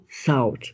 South